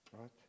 right